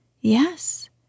Yes